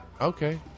Okay